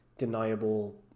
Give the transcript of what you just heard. Deniable